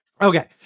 Okay